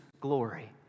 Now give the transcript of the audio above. glory